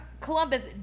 Columbus